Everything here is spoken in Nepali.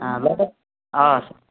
लौ त हवस्